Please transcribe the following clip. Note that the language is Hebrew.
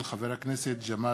תודה.